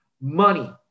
Money